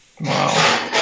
Wow